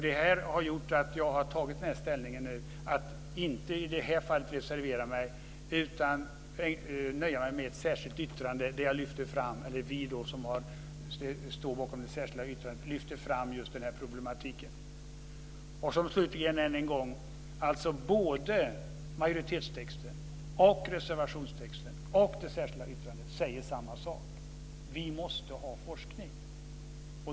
Därför har jag tagit ställning för att i det här fallet inte reservera mig utan nöja mig med ett särskilt yttrande, där vi lyfter fram just den här problematiken. Slutligen vill jag än en gång säga att både majoritetstexten, reservationstexten och det särskilda yttrandet säger samma sak. Vi måste ha forskning.